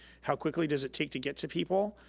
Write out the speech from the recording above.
how quickly does it take to get to people,